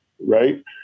right